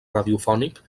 radiofònic